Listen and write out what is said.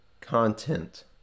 content